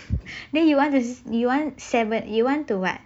then you want you want seven you want to what